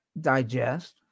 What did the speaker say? digest